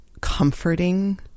comforting